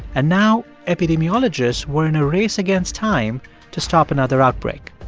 and now epidemiologists were in a race against time to stop another outbreak.